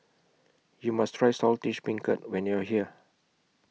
YOU must Try Saltish Beancurd when you're here